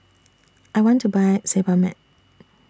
I want to Buy Sebamed